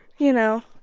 you know,